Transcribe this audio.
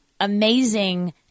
amazing